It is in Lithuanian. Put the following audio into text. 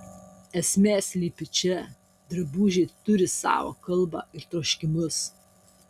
esmė slypi čia drabužiai turi savo kalbą ir troškimus